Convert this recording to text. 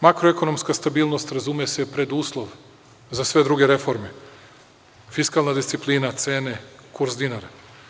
Makroekonomska stabilnost razume se, preduslov za sve druge reforme, fiskalna disciplina, cene, kurs dinara.